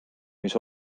mis